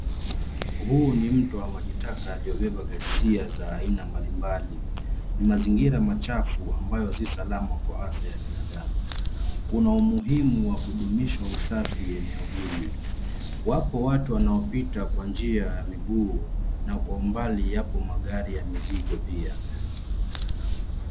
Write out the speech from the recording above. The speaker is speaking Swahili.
Huu ni mto wa maji taka yaliyo beba ghasia za aina mbalimbali. Mazingira machafu ambayo si salama kwa afya ya binadamu. Kuna umuhimu wa kudumisha usafi eneo hili. Wapo watu wanao pita kwa njia ya miguu na kwa umbali yapo magari ya mizigo pia.